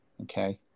Okay